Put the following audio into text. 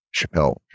Chappelle